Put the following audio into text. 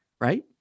Right